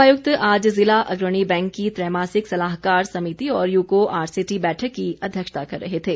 उपायुक्त आज जिला अग्रणी बैंक की त्रैमासिक सलाहकार समिति और यूको आरसेटी बैठक की अध्यक्षता करे रहे थे